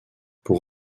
pour